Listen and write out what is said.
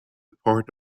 part